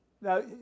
now